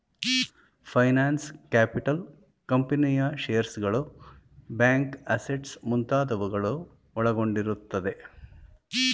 finance capital ಕಂಪನಿಯ ಶೇರ್ಸ್ಗಳು, bank assets ಮುಂತಾದವುಗಳು ಒಳಗೊಂಡಿರುತ್ತದೆ